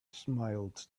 smiled